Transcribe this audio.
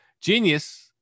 genius